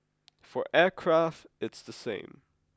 for aircraft it's the same